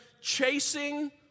Chasing